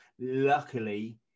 luckily